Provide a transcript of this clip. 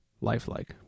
lifelike